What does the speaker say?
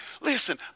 Listen